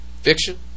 Fiction